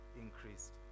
increased